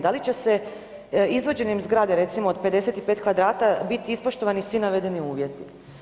Da li će se izvođenjem zgrade recimo od 55 m2 biti ispoštovani svi navedeni uvjeti?